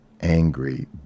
angry